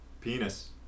Penis